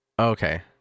Okay